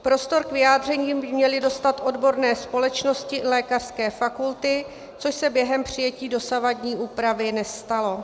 Prostor k vyjádření by měly dostat odborné společnosti, lékařské fakulty, což se během přijetí dosavadní úpravy nestalo.